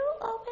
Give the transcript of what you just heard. open